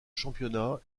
championnat